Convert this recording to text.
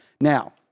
Now